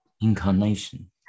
Incarnation